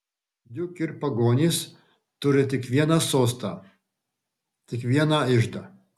juk ir pagonys turi tik vieną sostą tik vieną iždą